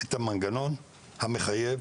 את המנגנון המחייב